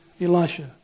Elisha